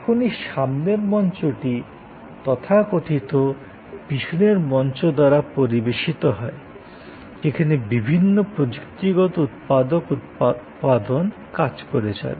এখন এই সামনের মঞ্চটি তথাকথিত পিছনের মঞ্চ দ্বারা পরিবেশিত হয় যেখানে বিভিন্ন প্রযুক্তিগত উৎপাদক উপাদান কাজ করে চলে